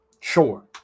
Sure